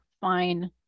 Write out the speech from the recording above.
fine